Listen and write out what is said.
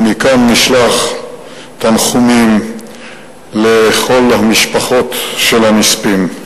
ומכאן נשלח תנחומים לכל המשפחות של הנספים,